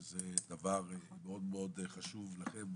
שזה דבר מאוד מאוד חשוב לכם,